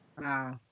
Wow